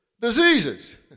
diseases